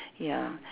ya